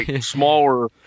smaller